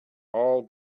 all